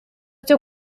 cyo